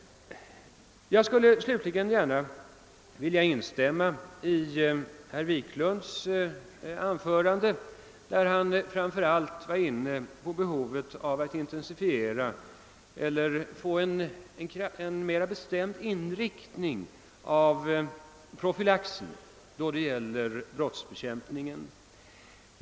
Jag vill slutligen gärna instämma i herr Wiklunds anförande. Han berörde framför allt behovet av en mera bestämd inriktning på <profylaktiska åtgärder då det gäller brottsbekämpning.